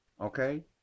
Okay